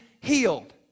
healed